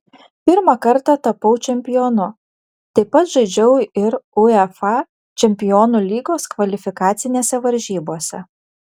pirmą kartą tapau čempionu taip pat žaidžiau ir uefa čempionų lygos kvalifikacinėse varžybose